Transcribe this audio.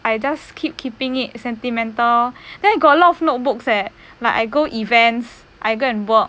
I just keep keeping it sentimental then I got a lot of notebooks leh like I go events I go and work